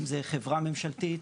אם זה חברה ממשלתית,